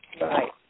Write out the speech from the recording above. Right